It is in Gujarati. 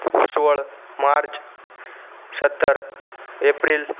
સોળ માર્ચ સત્તર એપ્રિલ